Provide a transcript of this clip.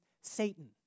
Satan